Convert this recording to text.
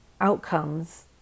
outcomes